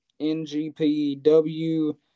NGPW